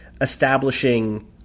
establishing